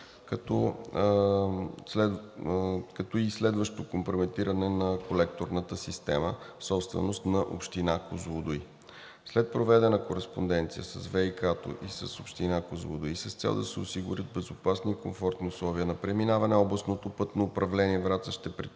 както и следващо компрометиране на колекторната система, собственост на Община Козлодуй. След проведена кореспонденция с ВиК и с Община Козлодуй с цел да се осигурят безопасни и комфортни условия на преминаване Областното пътно управление – Враца, ще предприеме